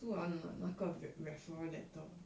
so 我要拿那个 referral letter